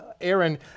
Aaron